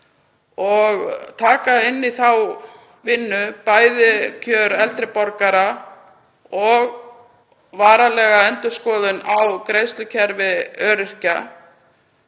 og taka inn í þá vinnu bæði kjör eldri borgara og varanlega endurskoðun á greiðslukerfi öryrkja.